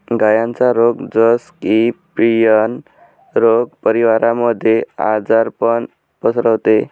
गायांचा रोग जस की, प्रियन रोग परिवारामध्ये आजारपण पसरवते